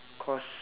cause